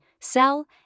sell